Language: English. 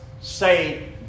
say